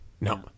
No